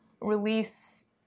release